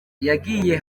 yagiye